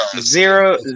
Zero